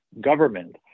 government